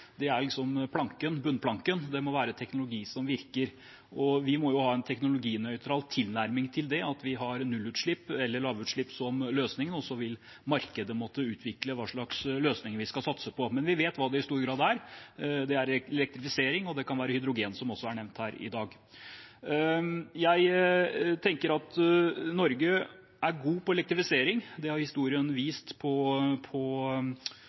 Det er liksom bunnplanken. Det må være teknologi som virker. Vi må ha en teknologinøytral tilnærming til at vi skal ha nullutslipp eller lavutslipp som løsning, og så vil markedet måtte utvikle løsninger vi skal satse på. Men vi vet hva det i stor grad er – det er elektrifisering, og det kan være hydrogen, som også er nevnt her i dag. Jeg tenker at Norge er gode på elektrifisering. Det har historien vist på